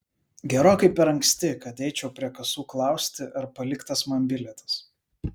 gerokai per anksti kad eičiau prie kasų klausti ar paliktas man bilietas